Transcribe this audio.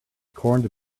corned